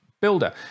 builder